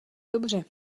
dobře